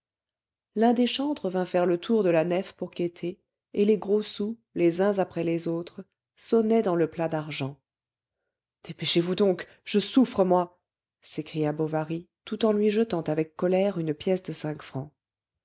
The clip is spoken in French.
l'un des chantres vint faire le tour de la nef pour quêter et les gros sous les uns après les autres sonnaient dans le plat d'argent dépêchez-vous donc je souffre moi s'écria bovary tout en lui jetant avec colère une pièce de cinq francs